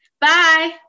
Bye